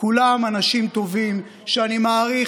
כולם אנשים טובים שאני מעריך,